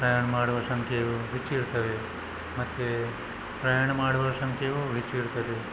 ಪ್ರಯಾಣ ಮಾಡುವ ಸಂಖ್ಯೆಯು ಹೆಚ್ಚು ಇರ್ತವೆ ಮತ್ತು ಪ್ರಯಾಣ ಮಾಡುವವರ ಸಂಖ್ಯೆಯು ಹೆಚ್ಚು ಇರ್ತದೆ